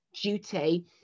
duty